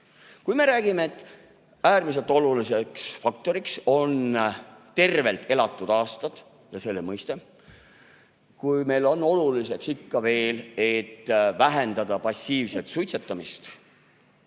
hea. Kui me räägime, et äärmiselt oluliseks faktoriks on tervelt elatud aastad ja see mõiste, kui meile on ikka veel oluline vähendada passiivset suitsetamist,